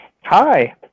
hi